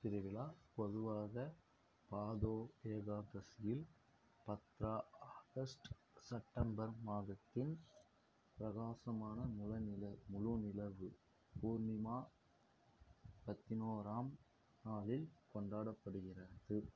திருவிழா பொதுவாக பாதோ ஏகாதசியில் பத்ரா ஆகஸ்ட் செப்டம்பர் மாதத்தின் பிரகாசமான முழு நில முழு நிலவு பூர்ணிமா பதினோராம் நாளில் கொண்டாடப்படுகிறது